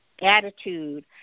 attitude